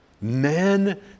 men